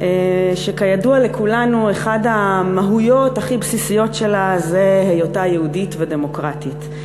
שכידוע לכולנו אחת המהויות הכי בסיסיות שלה זה היותה יהודית ודמוקרטית.